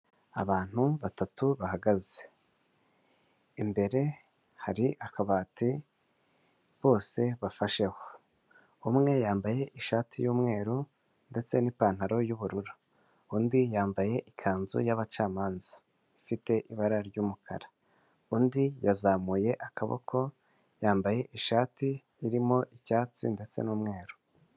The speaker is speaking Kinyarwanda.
Abantu batatu bahagaze imbere hari akabati bose bafasheho, umwe yambaye ishati y'umweru ndetsen'ipantaro y'ubururu undi yambaye ikanzu yabacamanza ifite ibara ry'umukara undi yazamuye akaboko yambaye ishati irimo icyatsi ndetse n'umweru.